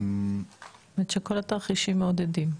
היא שכל התרחישים מעודדים.